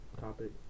topic